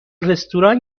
رستوران